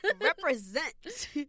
represent